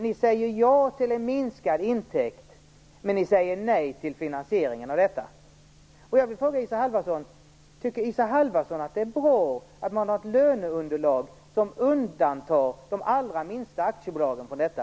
Ni säger ja till en minskad intäkt, men ni säger nej till finansieringen av denna. Jag vill fråga Isa Halvarsson: Tycker Isa Halvarsson att det är bra att man har ett löneunderlag som undantar de allra minsta aktiebolagen från detta?